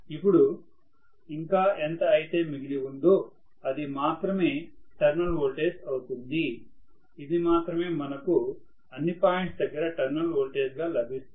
ఇప్పుడు ఇంకా ఎంత అయితే మిగిలి ఉందో అది మాత్రమే టెర్మినల్ వోల్టేజ్ అవుతుందిఇది మాత్రమే మనకు అన్ని పాయింట్స్ దగ్గర టెర్మినల్ వోల్టేజ్ గా లభిస్తుంది